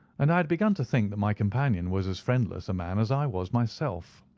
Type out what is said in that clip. and i had begun to think that my companion was as friendless a man as i was myself.